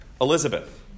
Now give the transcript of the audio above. Elizabeth